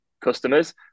customers